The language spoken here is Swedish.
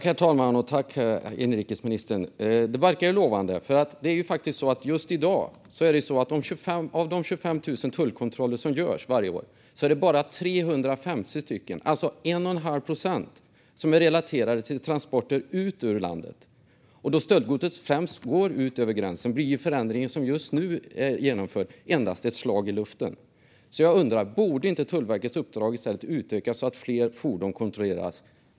Herr talman! Tack, inrikesministern, för svaret! Det verkar lovande, för just i dag är det bara 350 stycken av de 25 000 tullkontroller som görs varje år, alltså 1,5 procent, som är relaterade till transporter ut ur landet. Då stöldgodset främst går ut över gränsen blir den förändring som nu genomförs endast ett slag i luften. Jag undrar därför: Borde inte Tullverkets uppdrag i stället utökas så att fler fordon kontrolleras?